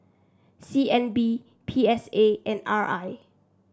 C N B P S A and R I